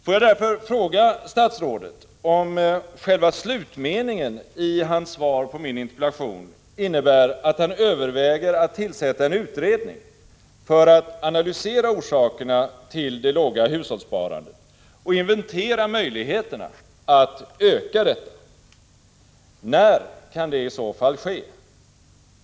Får jag därför fråga statsrådet om själva slutmeningen i hans svar på min interpellation innebär att han överväger att tillsätta en utredning för att analysera orsakerna till det låga hushållssparandet och inventera möjligheterna att öka detta? När kan det i så fall ske?